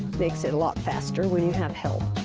makes it a lot faster when you have help.